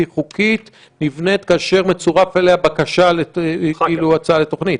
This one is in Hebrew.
חוקית נבנית כאשר מצורפת אליה בקשה והצעה לתוכנית.